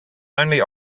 only